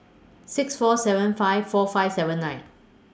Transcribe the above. six four seven five four five seven nine